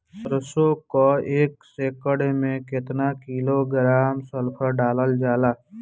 सरसों क एक एकड़ खेते में केतना किलोग्राम सल्फर डालल जाला?